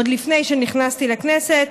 עוד לפני שנכנסתי לכנסת.